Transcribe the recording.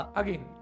again